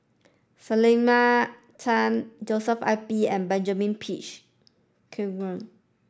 Selena Tan Joshua I P and Benjamin Peach